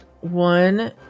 one